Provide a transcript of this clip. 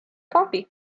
coffee